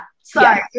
Sorry